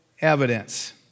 evidence